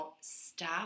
stop